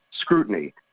scrutiny